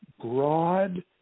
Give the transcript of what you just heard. broad